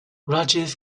rajiv